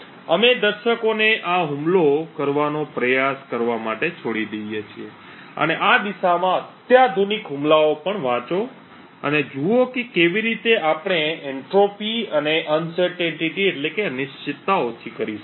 અમે દર્શકોને આ હુમલો કરવાનો પ્રયાસ કરવા માટે છોડી દઇએ છીએ અને આ દિશામાં અત્યાધુનિક હુમલાઓ પણ વાંચો અને જુઓ કે કેવી રીતે આપણે એન્ટ્રોપી અથવા અનિશ્ચિતતા ઓછી કરી શકીએ